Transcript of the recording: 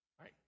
right